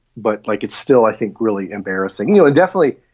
but like, it's still, i think, really embarrassing. you know definitely.